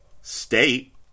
State